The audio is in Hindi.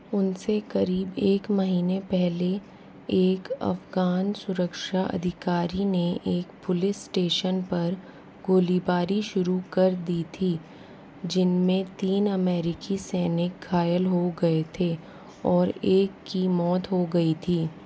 उनसे करीब एक महीने पहले एक अफगान सुरक्षा अधिकारी ने एक पुलिस स्टेशन पर गोलीबारी शुरू कर दी थी जिनमें तीन अमेरिकी सैनिक घायल हो गए थे और एक की मौत हो गई थी